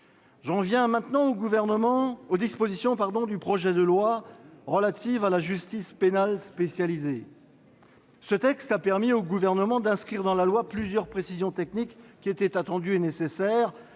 Très bien ! J'en viens aux dispositions du projet de loi relatives à la justice pénale spécialisée. Ce texte a permis au Gouvernement d'inscrire dans la loi plusieurs précisions techniques qui étaient attendues et nécessaires.